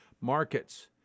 markets